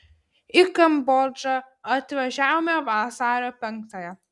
į kambodžą atvažiavome vasario penktąją